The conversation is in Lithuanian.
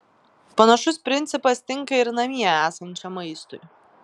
panašus principas tinka ir namie esančiam maistui